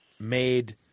made